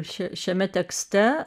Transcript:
šia šiame tekste